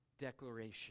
declaration